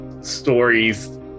stories